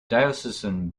diocesan